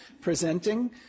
presenting